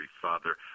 Father